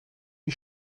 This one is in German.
die